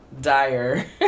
dire